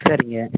சரிங்க